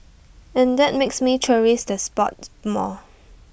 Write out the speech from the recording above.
and that makes me cherish the spot more